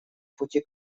пути